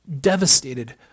devastated